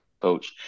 coach